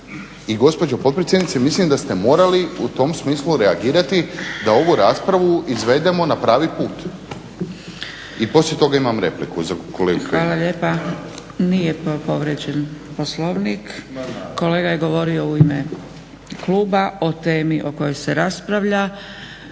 I gospođo potpredsjednice mislim da ste morali u tom smislu reagirati da ovu raspravu izvedemo na pravi put. I poslije toga imam repliku za kolegu Kajina. **Zgrebec, Dragica (SDP)** Hvala lijepa. Nije povrijeđen Poslovnik. Kolega je govorio u ime kluba o temi o kojoj se raspravlja.